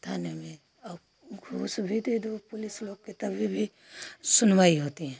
थाने में और घूस भी दे दो पुलिस लोग के तभी भी सुनवाई होती हैं